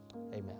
Amen